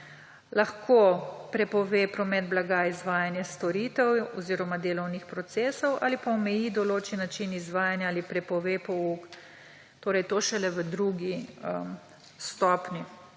lahko prepove promet blaga, izvajanje storitev oziroma delovnih procesov ali pa omeji določen način izvajanja ali prepove pouk. Torej to je šele v drugi stopnji.